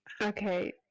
Okay